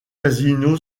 casino